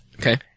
Okay